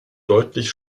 deutlich